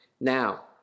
Now